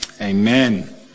amen